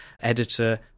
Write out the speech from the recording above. editor